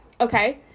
okay